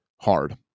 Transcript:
hard